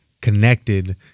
connected